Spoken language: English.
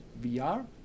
VR